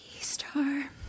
star